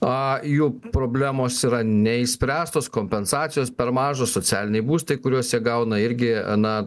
a jų problemos yra neišspręstos kompensacijos per mažos socialiniai būstai kuriuose gauna irgi a na